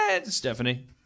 Stephanie